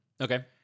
Okay